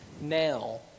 now